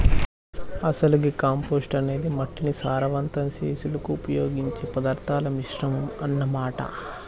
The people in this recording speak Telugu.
అసలు గీ కంపోస్టు అనేది మట్టిని సారవంతం సెసులుకు ఉపయోగించే పదార్థాల మిశ్రమం అన్న మాట